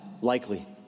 likely